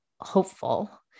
hopeful